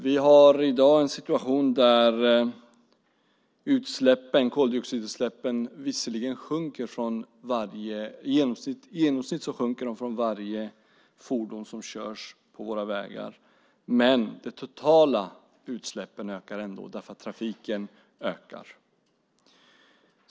Vi har i dag en situation där koldioxidutsläppen visserligen i genomsnitt sjunker från varje fordon som körs på våra vägar, men de totala utsläppen ökar ändå därför att trafiken ökar.